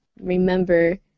remember